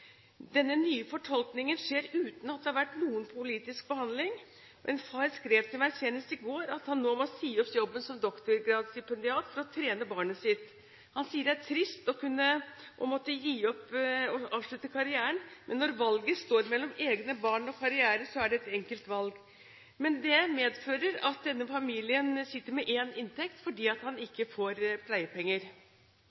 Denne nye fortolkningen skjer uten at det har vært noen politisk behandling. En far skrev til meg senest i går at han nå må si opp jobben som doktorgradsstipendiat for å trene barnet sitt. Han sier det er trist å måtte gi opp og avslutte karrieren. Når valget står mellom egne barn og karriere, er det et enkelt valg. Men det medfører at denne familien sitter med én inntekt fordi han